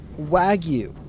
Wagyu